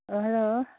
hello